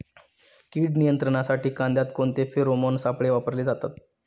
कीड नियंत्रणासाठी कांद्यात कोणते फेरोमोन सापळे वापरले जातात?